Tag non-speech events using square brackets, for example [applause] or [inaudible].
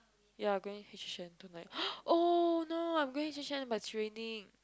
ya I going H_H_N tonight [noise] oh no I going H_H_N but it's raining